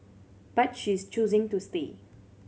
but she is choosing to stay